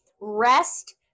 rest